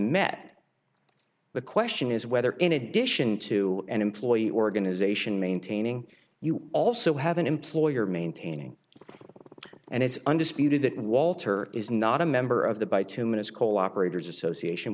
met the question is whether in addition to an employee organization maintaining you also have an employer maintaining and it's undisputed that walter is not a member of the bitumen as coal operators association